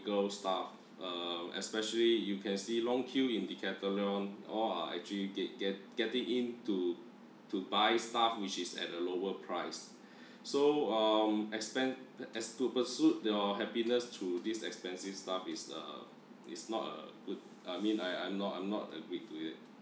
stuff uh especially you can see long queue in decathlon all are actually get~ get~ getting in to to buy stuff which is at a lower price so um expand as to pursuit your happiness through this expensive stuff is uh is not a good I mean I I'm not I'm not agreed to it